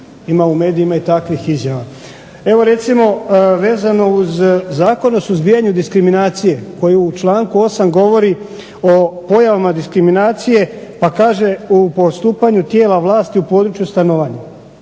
Ima u medijima i takvih izjava. Evo recimo vezano uz Zakon o suzbijanju diskriminacije koji u članku 8. govori o pojavama diskriminacije, pa kaže u postupanju tijela vlasti u području stanovanja.